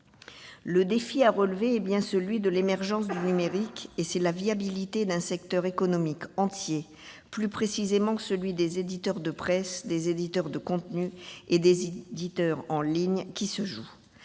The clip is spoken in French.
Le défi à relever est bien celui de l'émergence du numérique, et c'est la viabilité d'un secteur économique entier, plus précisément celui des éditeurs de presse, des éditeurs de contenus et des services en ligne, qui se joue.